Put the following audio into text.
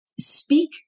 speak